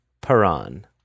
Paran